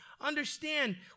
Understand